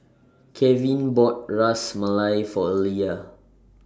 Kevin bought Ras Malai For Elia